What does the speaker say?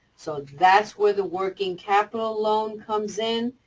so that's where the working capital loan comes in.